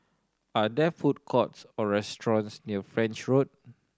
are there food courts or restaurants near French Road